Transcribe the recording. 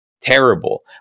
Terrible